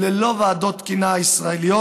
ללא ועדות תקינה ישראליות.